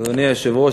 אדוני היושב-ראש,